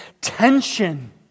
tension